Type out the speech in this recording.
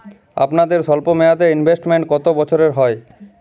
আপনাদের স্বল্পমেয়াদে ইনভেস্টমেন্ট কতো বছরের হয়?